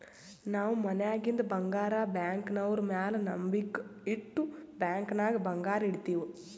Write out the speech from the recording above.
ನಾವ್ ಮನ್ಯಾಗಿಂದ್ ಬಂಗಾರ ಬ್ಯಾಂಕ್ನವ್ರ ಮ್ಯಾಲ ನಂಬಿಕ್ ಇಟ್ಟು ಬ್ಯಾಂಕ್ ನಾಗ್ ಬಂಗಾರ್ ಇಡ್ತಿವ್